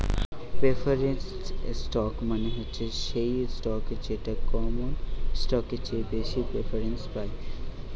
preferred stock মানে হচ্ছে সেই স্টক যেটা কমন স্টকের চেয়ে বেশি প্রেফারেন্স পায়